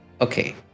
Okay